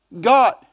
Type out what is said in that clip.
God